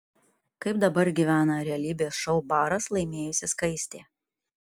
kaip dabar gyvena realybės šou baras laimėjusi skaistė